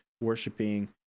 worshiping